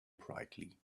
brightly